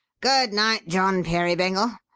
good night, john peerybingle!